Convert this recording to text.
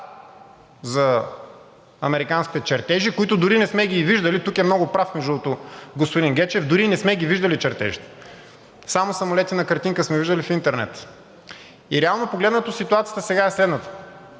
за американските чертежи, които дори не сме ги виждали. Тук е много прав, между другото, господин Гечев, дори не сме ги виждали чертежите. Само самолети на картинка сме виждали в интернет. И реално погледнато, ситуацията сега е следната